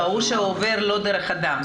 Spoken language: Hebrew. הוא שעובר לא דרך הדם.